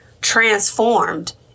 transformed